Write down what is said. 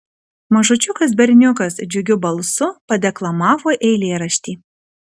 mažučiukas berniukas džiugiu balsu padeklamavo eilėraštį